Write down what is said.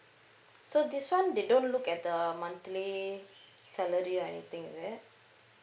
so this one they don't look at the monthly salary or anything like that